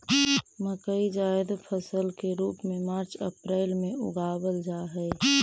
मकई जायद फसल के रूप में मार्च अप्रैल में उगावाल जा हई